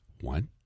One